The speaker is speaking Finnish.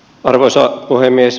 arvoisa puhemies